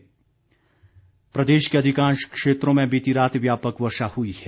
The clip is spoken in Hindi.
मौसम प्रदेश के अधिकांश क्षेत्रों में बीती रात व्यापक वर्षा हुई है